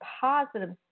positive